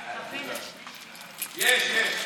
יש, יש.